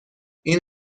این